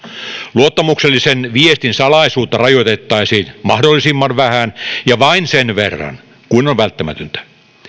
luottamuksellisen viestin salaisuutta rajoitettaisiin mahdollisimman vähän ja vain sen verran kuin on välttämätöntä